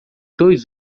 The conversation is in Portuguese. dois